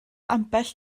ambell